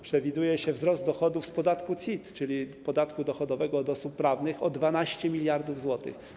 Przewiduje się wzrost dochodów z podatku CIT, czyli podatku dochodowego od osób prawnych, o 12 mld zł.